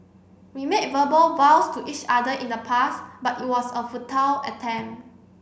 we made verbal vows to each other in the past but it was a futile attempt